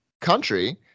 country